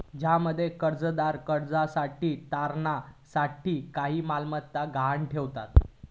ज्यामध्ये कर्जदार कर्जासाठी तारणा साठी काही मालमत्ता गहाण ठेवता